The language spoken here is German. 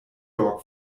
york